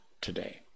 today